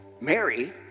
Mary